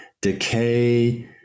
decay